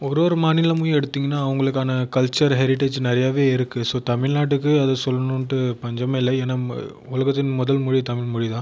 ஒரு ஒரு மாநிலமும் எடுத்தீங்கனால் அவர்களுக்கான கல்ச்சர் ஹெரிட்டேஜ் நிறையவே இருக்குது ஸோ தமிழ்நாட்டுக்கு அது சொல்லணுன்ட்டு பஞ்சமில்லை ஏன்னால் உலகத்தின் முதல் மொழி தமிழ்மொழி தான்